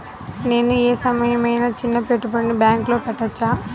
నేను ఏమయినా చిన్న పెట్టుబడిని బ్యాంక్లో పెట్టచ్చా?